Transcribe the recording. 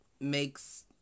makes